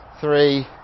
three